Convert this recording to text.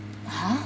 !huh!